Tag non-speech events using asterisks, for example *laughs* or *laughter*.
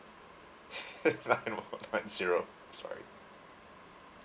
*laughs* nine zero I'm sorry